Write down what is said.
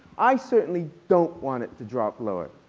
i certainly don't want it to drop lower.